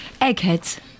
Eggheads